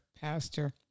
pastor